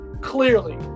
clearly